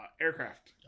aircraft